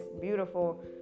beautiful